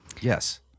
Yes